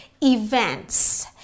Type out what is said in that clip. events